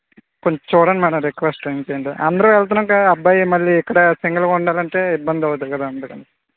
కొంచెం చూడండి madam request ఇంకేమ్ లేదు అందరం వెళ్తున్నాం కదా అబ్బాయి మళ్ళీ ఇక్కడ సింగల్ గా ఉండాలంటే ఇబ్బంది అవుతుంది కదా అందుకని